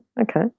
Okay